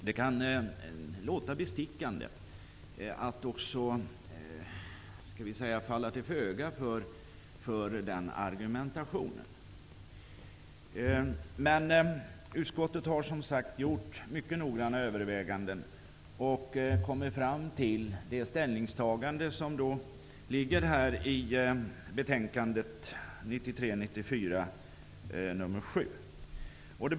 Det kan låta bestickande att falla till föga för den argumentationen. Men utskottet har, som sagt, gjort mycket noggranna överväganden och kommit fram till det ställningstagande som finns i betänkande 1993/94:JuU7.